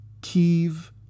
Kiev